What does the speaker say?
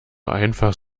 einfach